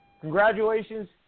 Congratulations